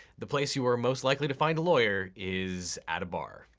the place you are most likely to find a lawyer is at a bar,